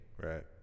right